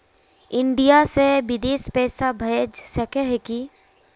India से बिदेश पैसा भेज सके है की?